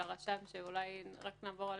והרשם לא קיבל את